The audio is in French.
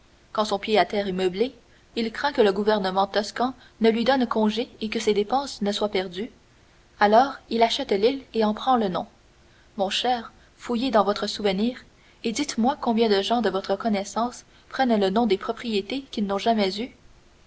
quand son pied-à-terre est meublé il craint que le gouvernement toscan ne lui donne congé et que ses dépenses ne soient perdues alors il achète l'île et en prend le nom mon cher fouillez dans votre souvenir et dites-moi combien de gens de votre connaissance prennent le nom des propriétés qu'ils n'ont jamais eues